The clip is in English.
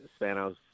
Spanos